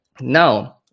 now